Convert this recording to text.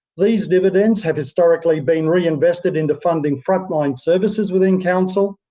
these dividends have historically been reinvested into funding frontline services within council,